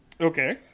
Okay